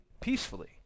peacefully